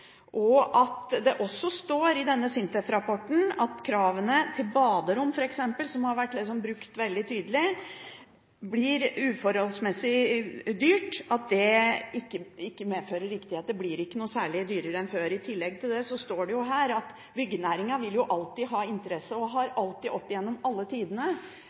Det står også i denne SINTEF-rapporten om kravene til baderom, f.eks., som har vært brukt veldig tydelig, at det ikke medfører riktighet at det blir uforholdsmessig dyrt – det blir ikke noe særlig dyrere enn før. I tillegg til det står det her at byggenæringen har alltid, opp gjennom alle tider, påpekt at hvis det kommer nye krav, blir det dyrere, og